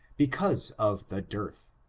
because of the dearth.